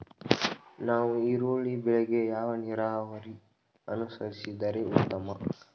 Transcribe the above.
ನಾವು ಈರುಳ್ಳಿ ಬೆಳೆಗೆ ಯಾವ ನೀರಾವರಿ ಅನುಸರಿಸಿದರೆ ಉತ್ತಮ?